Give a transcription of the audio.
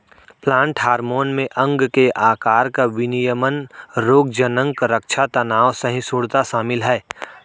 plant hormone में अंग के आकार का विनियमन रोगज़नक़ रक्षा तनाव सहिष्णुता शामिल है